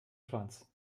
schwanz